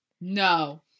No